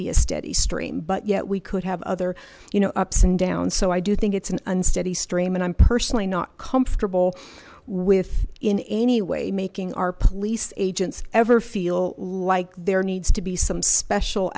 be a steady stream but yet we could have other you know ups and downs so i do think it's an unsteady stream and i'm personally not comfortable with in any way making our police agents ever feel like there needs to be some special